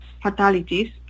fatalities